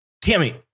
Tammy